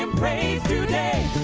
ah praise today